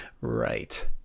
Right